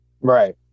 right